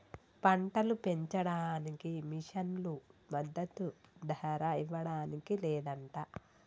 పంటలు పెంచడానికి మిషన్లు మద్దదు ధర ఇవ్వడానికి లేదంట